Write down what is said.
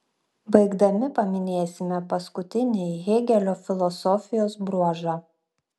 baigdami paminėsime paskutinį hėgelio filosofijos bruožą